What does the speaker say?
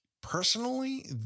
personally